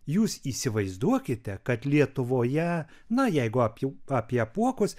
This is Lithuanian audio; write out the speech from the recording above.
jūs įsivaizduokite kad lietuvoje na jeigu apie apie apuokus